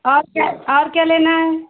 और क्या और क्या लेना है